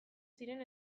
ziren